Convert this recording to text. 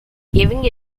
giving